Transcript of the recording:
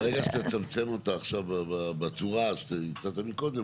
אבל, דיברתם עם הצוות?